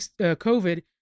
COVID